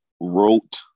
wrote